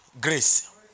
Grace